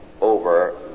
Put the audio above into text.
over